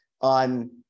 on